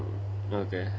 okay err